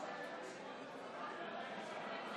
עוברים